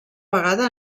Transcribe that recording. vegada